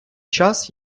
час